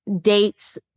dates